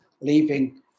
leaving